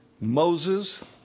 Moses